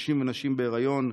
קשישים ונשים בהיריון,